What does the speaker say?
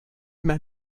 m’a